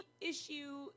issue